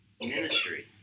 ministry